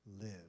live